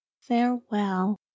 farewell